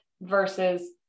versus